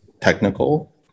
technical